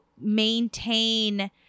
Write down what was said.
maintain